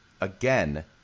again